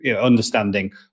understanding